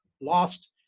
lost